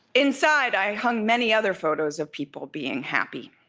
inside i hung many other photos of people being happy.